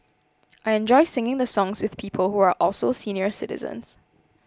I enjoy singing the songs with people who are also senior citizens